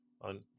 on